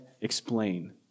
explain